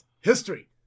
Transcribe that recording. history